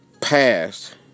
passed